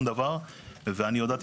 איך אתה משנה את העסק שלך.